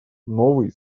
новый